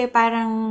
parang